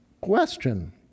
question